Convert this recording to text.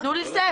תנו לי לסיים.